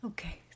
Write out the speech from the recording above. Okay